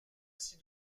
assis